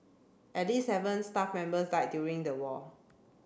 at least seven staff members died during the war